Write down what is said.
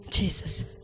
Jesus